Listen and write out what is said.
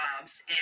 Jobs